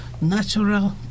natural